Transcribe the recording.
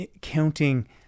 counting